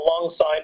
alongside